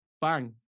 bang